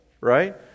right